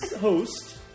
host